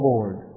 Lord